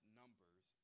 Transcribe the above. numbers